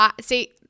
see